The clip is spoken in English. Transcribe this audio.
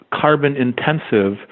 carbon-intensive